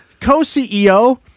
co-ceo